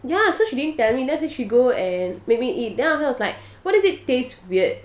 ya so she didn't tell me then after that she go and make me eat then after that I was like why does it taste weird